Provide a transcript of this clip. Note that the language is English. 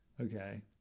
okay